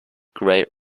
gray